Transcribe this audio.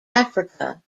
africa